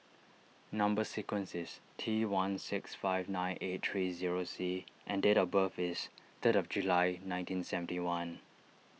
Number Sequence is T one six five nine right three zero C and date of birth is third of July nineteen seventy one